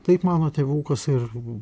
taip mano tėvukas ir